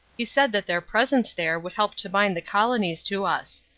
he said that their presence there would help to bind the colonies to us.